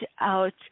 out